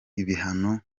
ibihano